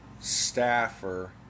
staffer